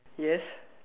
yes